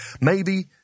Maybe